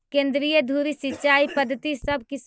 केंद्रीय धुरी सिंचाई पद्धति सब किसान के फायदा देतइ